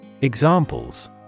Examples